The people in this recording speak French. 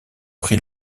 pris